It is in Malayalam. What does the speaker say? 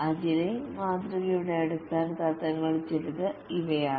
അജിലേ മാതൃകയുടെ അടിസ്ഥാന തത്വങ്ങളിൽ ചിലത് ഇവയാണ്